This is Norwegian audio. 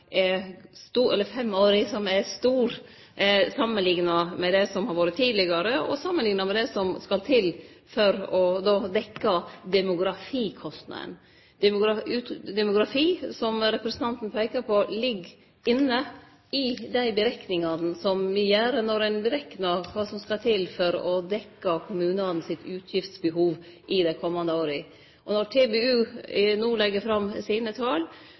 fem åra som er stor samanlikna med det som har vore tidlegare, og samanlikna med det som skal til for å dekkje demografikostnaden. Demografi, som representanten peikar på, ligg inne i dei berekningane som me gjer når me bereknar kva som skal til for å dekkje kommunane sitt utgiftsbehov i dei komande åra. Når TBU no legg fram sine tal,